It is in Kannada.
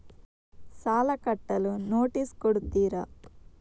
ಸಾಲ ಕಟ್ಟಲು ನೋಟಿಸ್ ಕೊಡುತ್ತೀರ?